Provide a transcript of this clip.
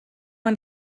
man